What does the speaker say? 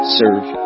serve